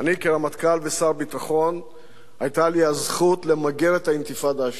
כרמטכ"ל וכשר ביטחון היתה לי הזכות למגר את האינתיפאדה השנייה.